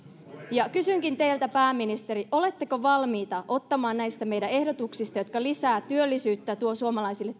kysynkin teiltä pääministeri oletteko valmiita ottamaan huomioon edes joitain näistä meidän ehdotuksistamme jotka lisäävät työllisyyttä ja tuovat suomalaisille